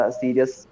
serious